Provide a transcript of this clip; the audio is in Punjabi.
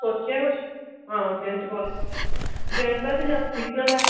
ਸੋਚਿਆ ਕੁਛ ਹਾਂ ਬੇਅੰਤ ਕੌਲਜ ਬੇਅੰਤ ਅਤੇ ਜਾਂ ਹੈ